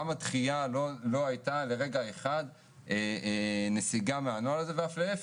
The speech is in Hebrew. גם הדחייה לא הייתה לרגע אחד נסיגה מהנוהל הזה ואף להפך,